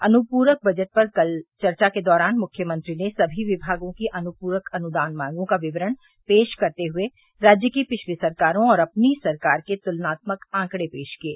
अनुपूरक बजट पर चर्चा के दौरान मुख्यमंत्री ने सभी विमागों की अनुपूरक अनुदान मांगों का विकरण पेश करते हुए राज्य की पिछली सरकारों और अपनी सरकार के तुलनात्मक आंकड़े पेश किये